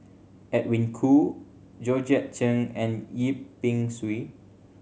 Edwin Koo Georgette Chen and Yip Pin Xiu